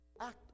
act